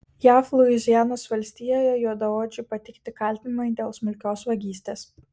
jav luizianos valstijoje juodaodžiui pateikti kaltinimai dėl smulkios vagystės